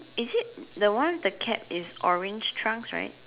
is it the one with the cap is orange trunks right